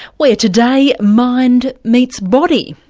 where today, mind meets body.